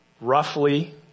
Roughly